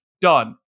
Done